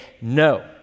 no